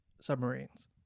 submarines